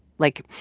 like,